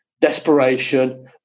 desperation